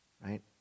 right